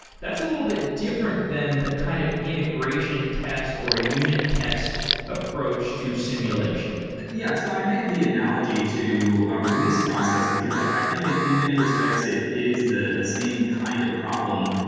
that's a little bit different than the kind of integration test or unit test test approach to simulation. yeah. so i made the analogy to a release process, because i think in in many respects, it it is the the same kind of problem,